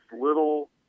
little